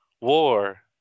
war